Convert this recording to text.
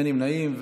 אין נמנעים,